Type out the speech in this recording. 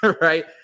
Right